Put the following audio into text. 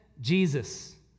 Jesus